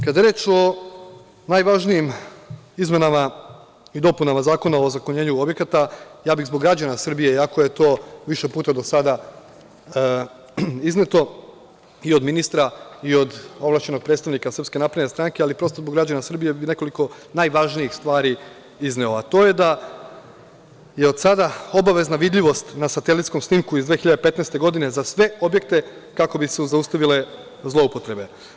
Kada je reč o najvažnijim izmenama i dopunama Zakona o ozakonjenju objekata, ja bih zbog građana Srbije iako je to više puta do sada izneto i od ministra i od ovlašćenog predstavnika SNS, ali prosto zbog građana Srbije bih nekoliko najvažnijih stvari izneo, a to je da je od sada obavezna vidljivost na satelitskom snimku iz 2015. godine za sve objekte kako bi se zaustavile zloupotrebe.